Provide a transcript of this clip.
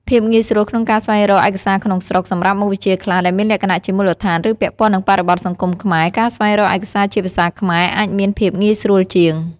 ភាពងាយស្រួលក្នុងការស្វែងរកឯកសារក្នុងស្រុក សម្រាប់មុខវិជ្ជាខ្លះដែលមានលក្ខណៈជាមូលដ្ឋាន ឬពាក់ព័ន្ធនឹងបរិបទសង្គមខ្មែរ ការស្វែងរកឯកសារជាភាសាខ្មែរអាចមានភាពងាយស្រួលជាង។